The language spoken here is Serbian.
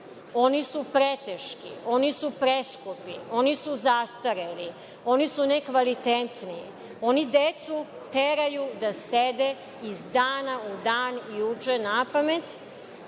Oni su preteški. Oni su preskupi. Oni su zastareli. Oni su nekvalitetni. Oni decu teraju da sede iz dana u dan i uče napamet.